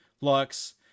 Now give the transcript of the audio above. Lux